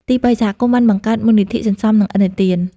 ទីបី សហគមន៍បានបង្កើត មូលនិធិសន្សំ និងឥណទាន។